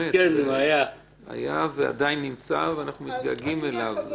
הוא היה ועדין נמצא ואנחנו מתגעגעים אליו.